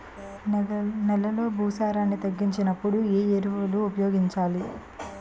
నెలలో భూసారాన్ని తగ్గినప్పుడు, ఏ ఎరువులు ఉపయోగించాలి?